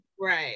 Right